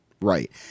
right